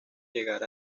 llegar